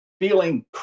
feeling